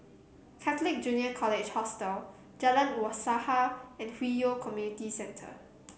Catholic Junior College Hostel Jalan Usaha and Hwi Yoh Community Centre